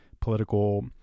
political